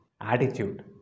attitude